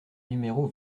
numéro